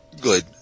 good